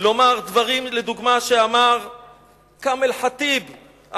לומר דברים לדוגמה שאמר כמאל ח'טיב,